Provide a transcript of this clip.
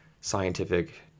scientific